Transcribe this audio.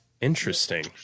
interesting